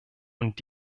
und